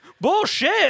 Bullshit